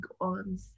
on